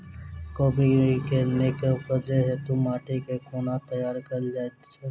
कोबी केँ नीक उपज हेतु माटि केँ कोना तैयार कएल जाइत अछि?